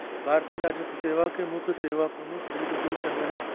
भारतीय राजस्व सेवा के मुख्य सेवा प्रमुख श्री सुशील चंद्र हैं